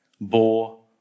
bore